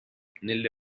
nelle